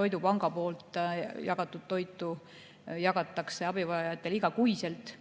toidupanga poolt jagatud toitu jagatakse abivajajatele igakuiselt.